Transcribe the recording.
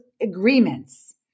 agreements